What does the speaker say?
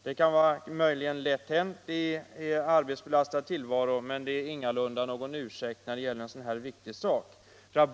Detta kan vara lätt hänt i en arbetsbelastad tillvaro, men det är ingen ursäkt i en sådan här viktig fråga.